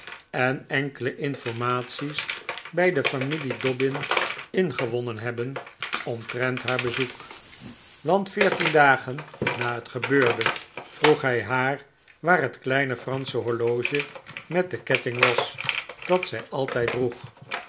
en enkele informaties bij de familie dobbin ingewonnen hebben omtrent haar bezoek want veertien dagen na het gebeurde vroeg hij haar waar het kleine fransche horloge met den ketting was dat zij altijd droeg